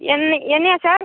என்ன என்னையா சார்